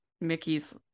mickey's